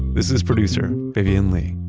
this is producer vivian le.